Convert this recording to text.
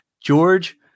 George